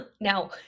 now